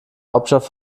hauptstadt